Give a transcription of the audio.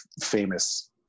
famous